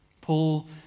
Paul